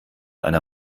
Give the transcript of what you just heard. einer